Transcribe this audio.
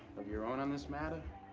of your own on this matter?